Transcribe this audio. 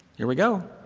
here we go.